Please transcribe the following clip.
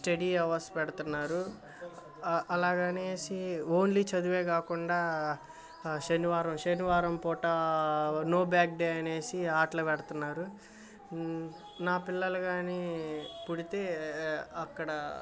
study hours పెడతున్నారు అలాగనేసి only చదువే కాకుండా శనివారం శనివారం పూట నో బ్యాగ్ డే అనేసి ఆటలు పెడతున్నారు నా పిల్లలు గానీ పుడితే అక్కడ